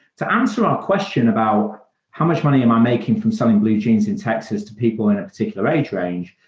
to answer our question about how much money am i making from selling blue jeans in texas to people in a particular age range,